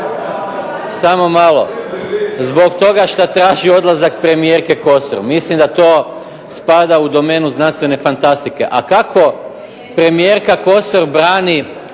Samo malo! Zbog toga što traži odlazak premijerke Kosor. Mislim da to spada u domenu znanstvene fantastike. A kako premijerka Kosor brani